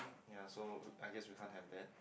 ya so I guess we can't have that